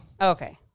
Okay